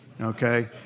Okay